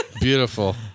Beautiful